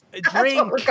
Drink